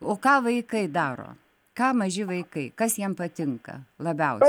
o ką vaikai daro ką maži vaikai kas jiem patinka labiausiai